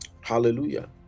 hallelujah